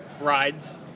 rides